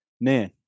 Man